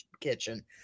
kitchen